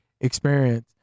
experience